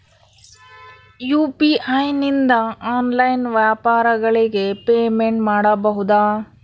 UPI ನಿಂದ online ವ್ಯಾಪಾರಗಳಿಗೆ payment ಮಾಡಬಹುದಾ?